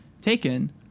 taken